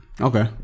Okay